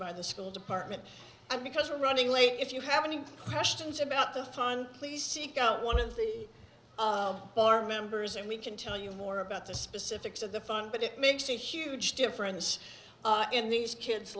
by the school department and because we're running late if you have any questions about the fun please seek out one of the bar members and we can tell you more about the specifics of the fund but it makes a huge difference in these kids